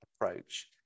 approach